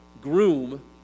groom